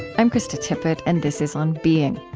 i'm krista tippett and this is on being.